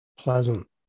Pleasant